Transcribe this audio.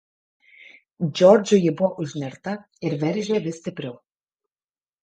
džordžui ji buvo užnerta ir veržė vis stipriau